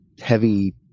heavy